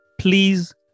please